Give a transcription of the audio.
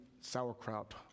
sauerkraut